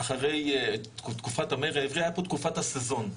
הייתה פה תקופת הסזון,